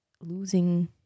losing